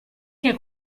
che